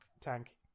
tank